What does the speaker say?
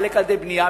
חלק על-ידי בנייה,